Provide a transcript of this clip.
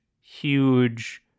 huge